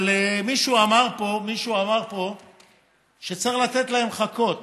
אבל מישהו אמר פה שצריך לתת להם חכות